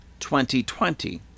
2020